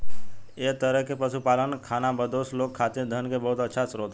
एह तरह के पशुपालन खानाबदोश लोग खातिर धन के बहुत अच्छा स्रोत होला